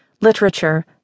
literature